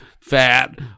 fat